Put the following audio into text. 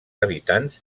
habitants